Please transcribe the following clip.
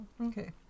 okay